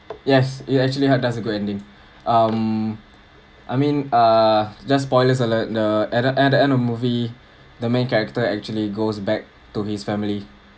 yes it actually has does a good ending um I mean err just spoilers alert the at uh at the end of movie the main character actually goes back to his family